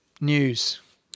News